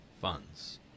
funds